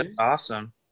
awesome